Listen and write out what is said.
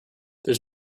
there